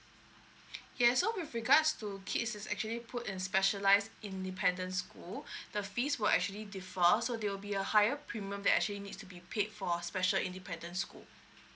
yes so with regards to kids is actually put in specialise independence school the fees will actually differ so there will be a higher premium that actually need to be paid for special independent school